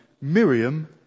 miriam